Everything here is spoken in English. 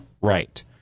right